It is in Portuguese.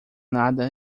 nada